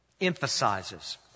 Emphasizes